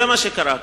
זה מה שקרה כאן.